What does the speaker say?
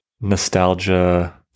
nostalgia